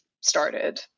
started